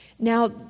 Now